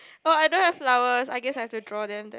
oh I don't have flowers I guess I've to draw them there